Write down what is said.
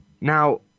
Now